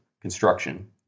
construction